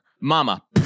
Mama